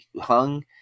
hung